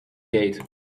gate